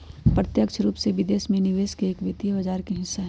प्रत्यक्ष रूप से विदेश में निवेश भी एक वित्त बाजार के हिस्सा हई